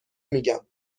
میگم